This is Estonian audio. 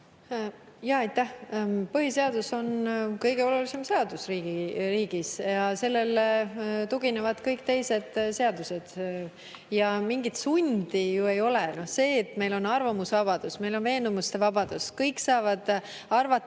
Aitäh! Põhiseadus on kõige olulisem seadus riigis ja sellele tuginevad kõik teised seadused. Ja mingit sundi ju ei ole. Meil on arvamusvabadus, veendumuste vabadus, kõik saavad arvata,